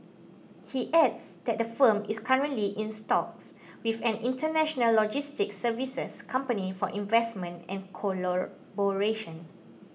he adds that the firm is currently in talks with an international logistics services company for investment and collaboration